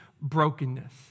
brokenness